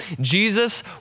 Jesus